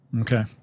Okay